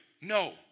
No